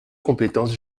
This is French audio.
compétence